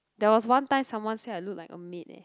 there was one time someone say I look like a maid eh